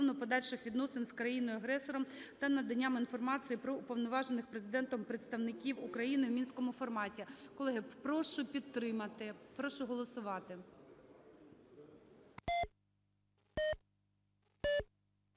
подальших відносин з країною-агресором та надання інформації про уповноважених Президентом представників України у мінському форматі. Колеги, прошу підтримати, прошу голосувати.